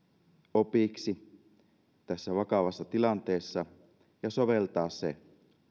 opiksi tässä vakavassa tilanteessa ja soveltaa se